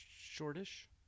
shortish